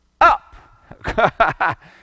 up